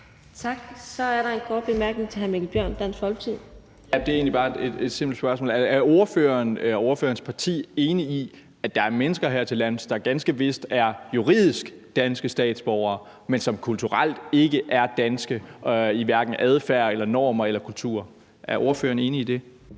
Tak. Så er der en kort bemærkning fra hr. Mikkel Bjørn, Dansk Folkeparti. Kl. 18:14 Mikkel Bjørn (DF): Det er egentlig bare et simpelt spørgsmål: Er ordføreren og ordførerens parti enig i, at der er mennesker hertillands, der ganske vist juridisk er danske statsborgere, men som kulturelt ikke er danske, hverken i adfærd, normer eller kultur? Er ordføreren enig i det?